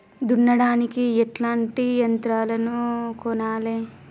దున్నడానికి ఎట్లాంటి యంత్రాలను కొనాలే?